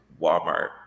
Walmart